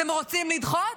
אתם רוצים לדחות?